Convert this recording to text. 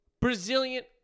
Brazilian